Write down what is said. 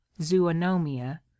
zoonomia